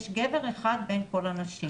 יש גבר אחד בין כל הנשים.